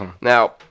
Now